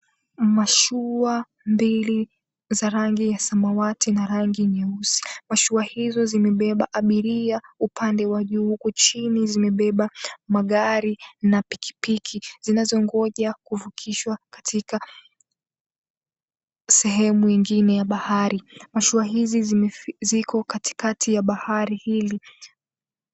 Mashua mbili za rangi ya samawati na rangi nyeusi. Mashua hizo zimebeba abiria upande wa juu huku chini zimebeba magari na pikipiki zinazongoja kuvukishwa katika sehemu ingine ya bahari. Mashua hizi ziko katikati ya bahari hili.